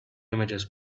images